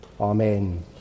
Amen